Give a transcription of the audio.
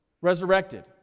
resurrected